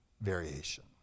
variation